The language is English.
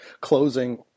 closing